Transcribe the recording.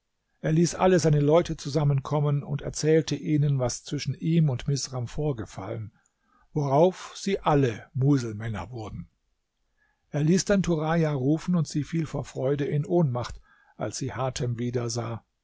er ließ alle seine leute zusammenkommen und erzählte ihnen was zwischen ihm und misram vorgefallen worauf sie alle muselmänner wurden er ließ dann turaja rufen und sie fiel vor freude in ohnmacht als sie hatem wieder